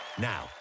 Now